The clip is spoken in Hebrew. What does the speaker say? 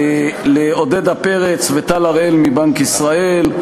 לעודדה פרץ וטל הראל מבנק ישראל,